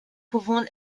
pouvant